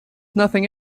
nothing